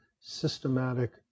systematic